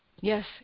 Yes